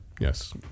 yes